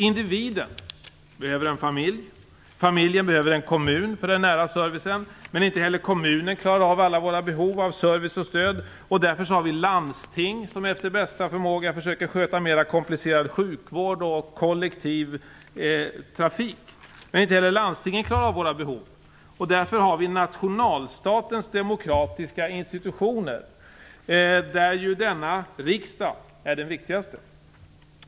Individen behöver en familj. Familjen behöver en kommun för den nära servicen. Men inte heller kommunen klarar av alla våra behov av service och stöd. Därför har vi landsting som efter bästa förmåga försöker sköta mer komplicerad sjukvård och kollektiv trafik. Men inte heller landstingen klarar av alla våra behov. Därför har vi nationalstatens demokratiska institutioner, av vilka denna riksdag är den viktigaste.